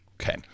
Okay